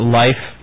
life